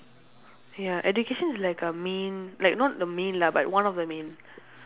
ya education is like a main like not the main lah but like one of the main